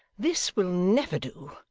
this will never do.